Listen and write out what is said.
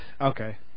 Okay